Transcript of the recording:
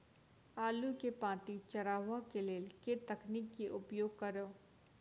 आलु केँ पांति चरावह केँ लेल केँ तकनीक केँ उपयोग करऽ?